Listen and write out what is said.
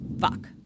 fuck